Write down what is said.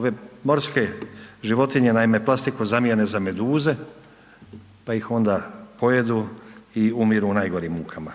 Ove morske životinje, naime plastiku zamijene za meduze, pa ih onda pojedu i umiru u najgorim mukama.